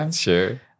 Sure